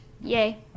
Yay